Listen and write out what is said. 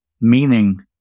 meaning